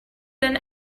than